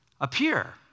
appear